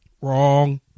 Wrong